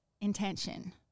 intention